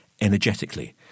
energetically